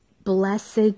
Blessed